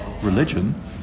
religion